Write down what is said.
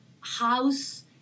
house